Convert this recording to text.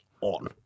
on